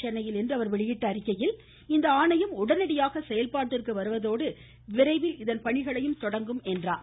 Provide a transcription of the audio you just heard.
சென்னையில் இன்று அவர் வெளியிட்டுள்ள அறிக்கையில் இந்த ஆணையம் உடனடியாக செயல்பாட்டிற்கு வருவதோடு விரைவில் இதன் பணிகளையும் தொடங்கும் என்றும் அவர் கூறினார்